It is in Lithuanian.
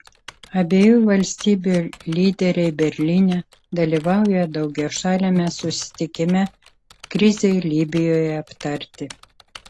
abiejų valstybių lyderiai berlyne dalyvauja daugiašaliame susitikime krizei libijoje aptarti